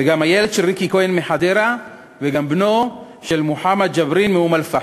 וגם הילד של ריקי כהן מחדרה וגם בנו של מוחמד ג'בארין מאום-אלפחם.